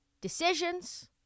decisions